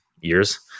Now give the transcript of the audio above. years